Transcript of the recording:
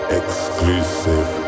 exclusive